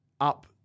up